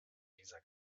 dieser